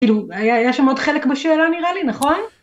‫כאילו, היה שם עוד חלק בשאלה, ‫נראה לי, נכון?